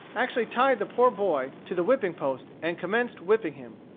actually tied the poor boy to the whipping-post and commenced whipping him.